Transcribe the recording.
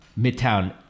Midtown